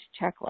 checklist